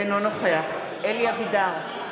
אינו נוכח אלי אבידר,